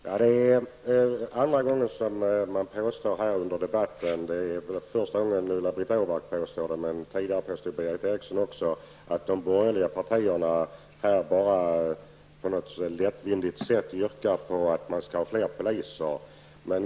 Fru talman! Det är andra gången som här i debatten hävdas att de borgerliga partierna på något lättvindigt sätt yrkar att det skall vara fler poliser. Nu är det Ulla-Britt Åbark som påstår detta, men tidigare påstod även Berith Eriksson samma sak.